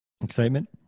Excitement